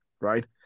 right